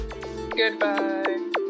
goodbye